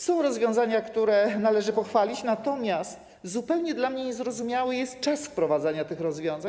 Są rozwiązania, które należy pochwalić, natomiast zupełnie dla mnie niezrozumiały jest czas wprowadzania tych rozwiązań.